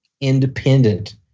independent